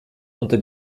unter